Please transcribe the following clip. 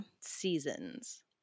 seasons